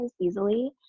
easily